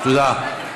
תודה.